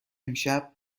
امشب